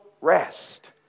Rest